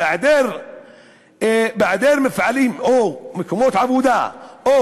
בהיעדר מפעלים או מקומות עבודה או